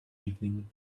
evening